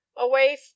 Away